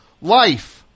life